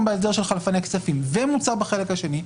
בהסדר של חלפני כספים ומוצע בחלק השני?